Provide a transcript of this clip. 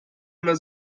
immer